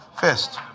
first